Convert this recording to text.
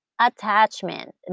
attachment